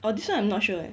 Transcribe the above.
oh this one I'm not sure eh